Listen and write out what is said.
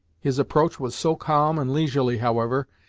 his approach was so calm and leisurely, however,